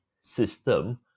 system